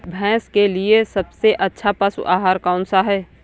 भैंस के लिए सबसे अच्छा पशु आहार कौन सा है?